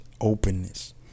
openness